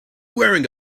wearing